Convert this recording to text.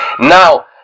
Now